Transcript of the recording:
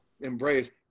embrace